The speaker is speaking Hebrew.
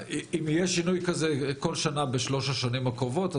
שאם יהיה שינוי כזה כל שנה בשלוש השנים הקרובות,